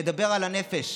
אני מדבר על הנפש,